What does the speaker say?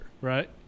Right